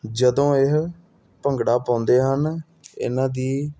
ਜਦੋਂ ਇਹ ਭੰਗੜਾ ਪਉਂਦੇ ਹਨ ਇਨ੍ਹਾਂ ਦੀ